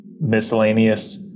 miscellaneous